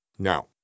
Now